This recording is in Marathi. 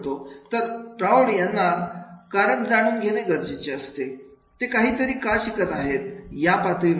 तर प्रौढ यांना कारण जाणून घेणे गरजेचे असते ते काहीतरी का शिकत आहेत या पातळीमध्ये